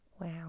Wow